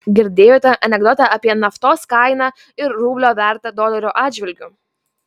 girdėjote anekdotą apie naftos kainą ir rublio vertę dolerio atžvilgiu